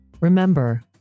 Remember